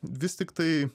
vis tiktai